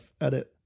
edit